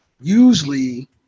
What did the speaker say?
usually